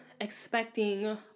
expecting